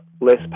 less